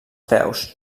peus